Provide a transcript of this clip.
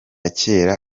kera